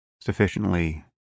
sufficiently